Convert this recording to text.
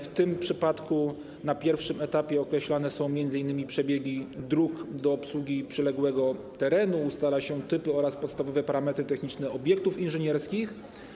W tym przypadku na pierwszym etapie określane są m.in. przebiegi dróg do obsługi przyległego terenu, ustala się typy oraz podstawowe parametry techniczne obiektów inżynierskich.